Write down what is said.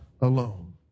alone